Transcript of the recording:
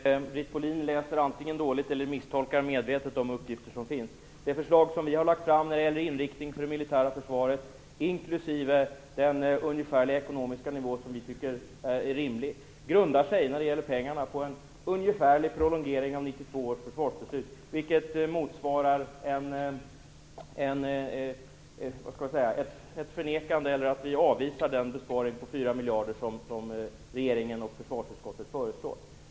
Herr talman! Antingen läser Britt Bohlin dåligt eller så misstolkar hon medvetet de uppgifter som finns. Det förslag som vi har lagt fram när det gäller inriktning för det militära försvaret, inklusive den ungefärliga ekonomiska nivå som vi tycker är rimlig, grundar sig vad gäller finansieringen på en ungefärlig prolongering av 1992 års försvarsbeslut. Det innebär att vi avvisar den besparing på 4 miljarder kronor som regeringen och försvarsutskottet föreslår.